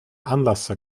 anlasser